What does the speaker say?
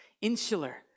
insular